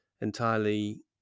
entirely